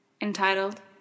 entitled